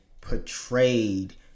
portrayed